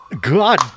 God